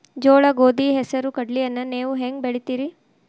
ಜೋಳ, ಗೋಧಿ, ಹೆಸರು, ಕಡ್ಲಿಯನ್ನ ನೇವು ಹೆಂಗ್ ಬೆಳಿತಿರಿ?